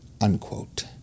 unquote